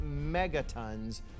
megatons